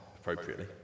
appropriately